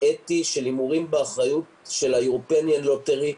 אתי של הימורים באחריות של ה-European Lotteri.